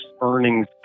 earnings